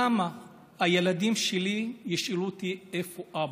למה הילדים שלי ישאלו אותי: איפה אבא?